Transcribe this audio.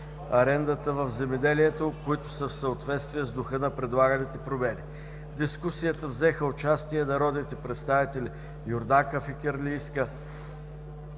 арендата в земеделието, които са в съответствие с духа на предлаганите изменения. В дискусията взеха участие народните представители Йорданка Фикирлийска,